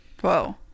Whoa